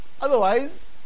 Otherwise